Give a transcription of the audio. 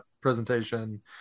presentation